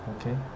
Okay